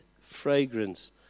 fragrance